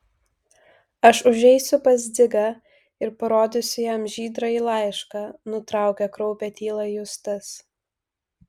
aš užeisiu pas dzigą ir parodysiu jam žydrąjį laišką nutraukė kraupią tylą justas